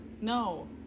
no